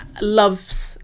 loves